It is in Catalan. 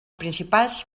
principals